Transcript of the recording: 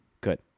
Good